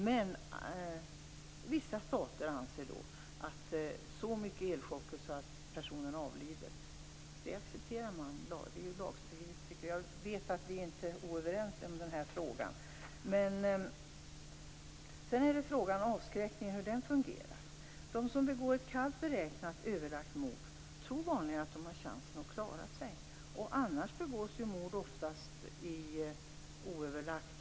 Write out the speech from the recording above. Men vissa stater anser att så mycket elchocker att personen avlider är acceptabelt. Jag tycker att det är lagstridigt. Jag vet att vi inte är oense om den här frågan. Sedan är det frågan om hur det fungerar i avskräckande syfte. De som begår ett kallt beräknat, överlagt mord tror vanligen att de har chansen att klara sig. Annars begås ju mord oftast oöverlagt.